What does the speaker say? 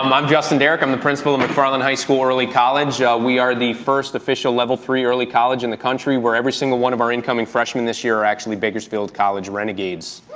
um i'm justin derrick, i'm the principal of mcfarland high school early college, we are the first official level three early college in the country where every single one of our incoming freshmen, this year, are actually bakersfield college renegades.